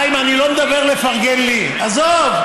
אני לא מדבר על לפרגן לי, עזוב.